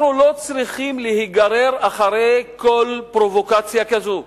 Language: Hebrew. אנחנו לא צריכים להיגרר אחרי כל פרובוקציה כזו,